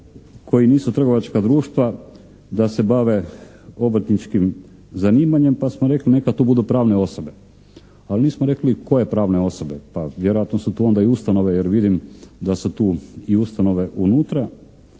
koji nisu trgovačka društva da se bave obrtničkim zanimanjem pa smo rekli neka to budu pravne osobe, ali nismo rekli koje pravne osobe. Pa vjerojatno su to onda i ustanove jer vidim da su tu i ustanove unutra.